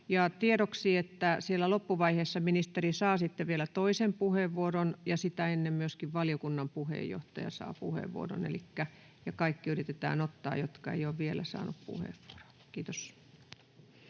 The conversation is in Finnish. tiedoksi, että siellä loppuvaiheessa ministeri saa sitten vielä toisen puheenvuoron ja sitä ennen myöskin valiokunnan puheenjohtaja saa puheenvuoron. Ja yritetään ottaa kaikki, jotka eivät ole vielä saaneet puheenvuoroa. Kiitos.